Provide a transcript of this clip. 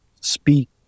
speak